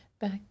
back